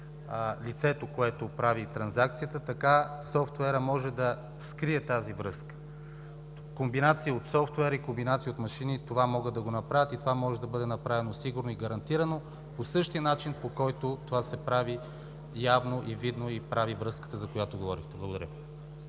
лицето, което прави транзакцията, така софтуерът може да скрие тази връзка. Комбинация от софтуер и машини могат да го направят и може да бъде направено сигурно и гарантирано по същия начин, по който това се прави явно, видно и прави връзката, за която говорихте. Благодаря.